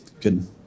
Good